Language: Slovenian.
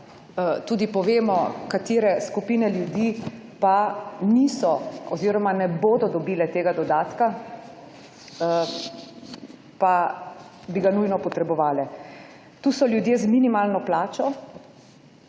tudi povemo katere skupine ljudi pa niso oziroma ne bodo dobile tega dodatka, pa bi ga nujno potrebovale. Tu so ljudje z minimalno plačo.